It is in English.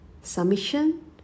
submission